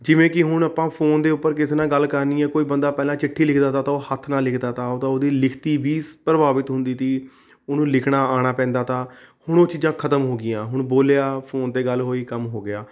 ਜਿਵੇਂ ਕਿ ਹੁਣ ਆਪਾਂ ਫੋਨ ਦੇ ਉੱਪਰ ਕਿਸੇ ਨਾਲ ਗੱਲ ਕਰਨੀ ਹੈ ਕੋਈ ਬੰਦਾ ਪਹਿਲਾਂ ਚਿੱਠੀ ਲਿਖਦਾ ਤਾ ਤਾਂ ਉਹ ਹੱਥ ਨਾਲ ਲਿਖਦਾ ਤਾ ਤਾਂ ਉਹ ਤੋਂ ਉਹਦੀ ਲਿਖਤੀ ਵੀ ਸ ਪ੍ਰਭਾਵਿਤ ਹੁੰਦੀ ਤੀ ਉਹਨੂੰ ਲਿਖਣਾ ਆਉਣਾ ਪੈਂਦਾ ਤਾ ਹੁਣ ਉਹ ਚੀਜ਼ਾਂ ਖ਼ਤਮ ਹੋ ਗਈਆਂ ਹੁਣ ਬੋਲਿਆ ਫੋਨ 'ਤੇ ਗੱਲ ਹੋਈ ਕੰਮ ਹੋ ਗਿਆ